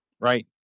right